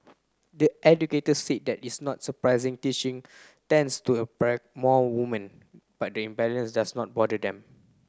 the educators said that is not surprising teaching tends to more women but the imbalance does not bother them